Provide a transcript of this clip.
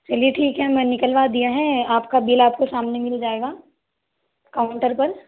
चलिए ठीक है मैं निकलवा दिया है आपका बिल आपको सामने मिल जाएगा काउंटर पर